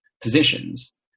positions